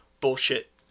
bullshit